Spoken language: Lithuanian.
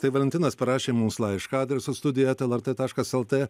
tai valentinas parašė mums laišką adresu studija eta lrt taškas lt